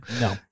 No